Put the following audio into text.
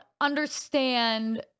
understand